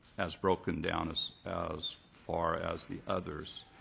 as broken down as as far as the others.